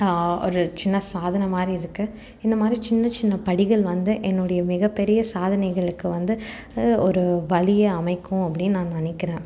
ஒரு சின்ன சாதன மாதிரி இருக்குது இந்த மாதிரி சின்ன சின்ன படிகள் வந்து என்னுடைய மிக பெரிய சாதனைகளுக்கு வந்து ஒரு வழியை அமைக்கும் அப்படினு நான் நினைக்கிறேன்